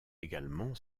également